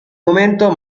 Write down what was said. momento